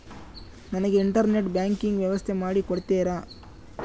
ನನಗೆ internet banking ವ್ಯವಸ್ಥೆ ಮಾಡಿ ಕೊಡ್ತೇರಾ?